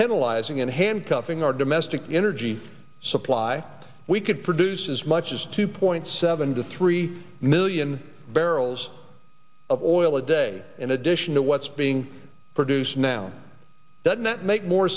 penalize ing and handcuffing our domestic energy supply we could produce as much as two point seven to three million barrels of oil a day in addition to what's being produced now doesn't that make more